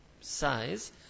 size